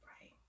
Right